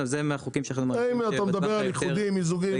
אם אתה מדבר על איחודים מיזוגים,